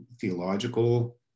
theological